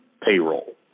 payroll